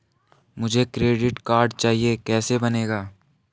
मुझे credit card चाहिए कैसे बनेगा?